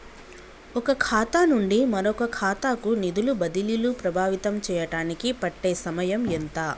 ఒక ఖాతా నుండి మరొక ఖాతా కు నిధులు బదిలీలు ప్రభావితం చేయటానికి పట్టే సమయం ఎంత?